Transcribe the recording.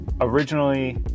originally